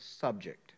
subject